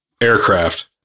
aircraft